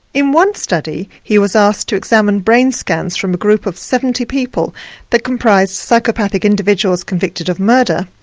in one study he was asked to examine brain scans from a group of seventy people that comprised psychopathic individuals convicted of murder,